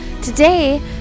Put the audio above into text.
Today